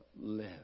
live